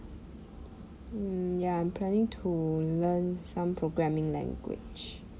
mm ya I'm planning to learn some programming language